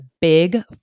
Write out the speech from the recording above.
big